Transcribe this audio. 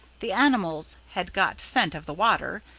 the animals had got scent of the water,